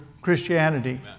Christianity